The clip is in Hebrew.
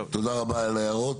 תודה רבה על ההערות.